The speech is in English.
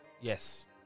Yes